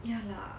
ya lah